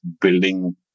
building